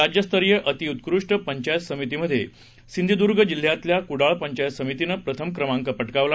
राज्यस्तरीय अत्युत्कृष्ट पंचायत समितीमध्ये सिंधुदुर्ग जिल्ह्यातल्या कुडाळ पंचायत समितीनं प्रथम क्रमांक पटकावला